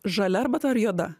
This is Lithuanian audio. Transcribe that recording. žalia arbata ar juoda